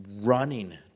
running